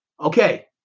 Okay